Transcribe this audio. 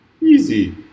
Easy